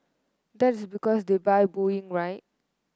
that is because they buy Boeing right